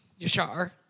Yashar